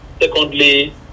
secondly